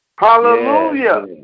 Hallelujah